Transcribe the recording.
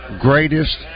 greatest